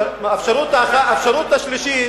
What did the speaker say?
האפשרות השלישית,